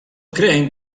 creen